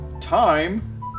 Time